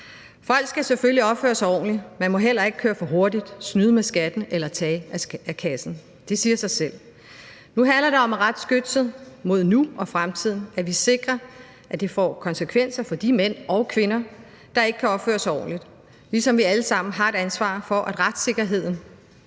Folk skal selvfølgelig opføre sig ordentligt. Man må heller ikke køre for hurtigt, snyde med skatten eller tage af kassen – det siger sig selv. Nu handler det om at rette skytset mod nu og fremtiden, så vi sikrer, at det får konsekvenser for de mænd og kvinder, der ikke kan opføre sig ordentligt, ligesom vi alle sammen har et ansvar for, at retssikkerheden